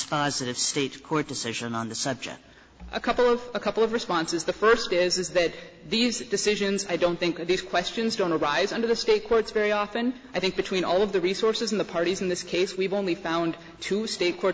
dispositive state court decision on the subject a couple of a couple of responses the first is that these decisions i don't think these questions don't arise under the state courts very often i think between all of the resources in the parties in this case we've only found two state court